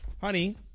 honey